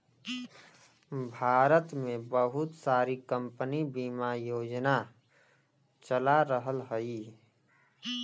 भारत में बहुत सारी कम्पनी बिमा योजना चला रहल हयी